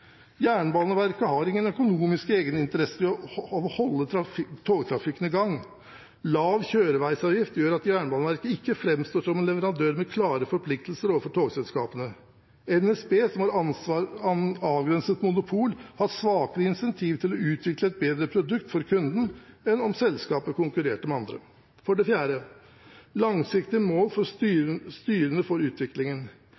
Jernbaneverket har ingen økonomiske egeninteresser av å holde togtrafikken i gang. Lav kjøreveisavgift gjør at Jernbaneverket ikke framstår som en leverandør med klare forpliktelser overfor togselskapene. NSB, som har avgrenset monopol, har svakere incentiv til å utvikle et bedre produkt for kunden enn om selskapet konkurrerte med andre. For det fjerde: Langsiktige mål skal være styrende for utviklingen.